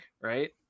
right